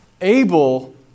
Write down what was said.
Abel